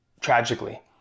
tragically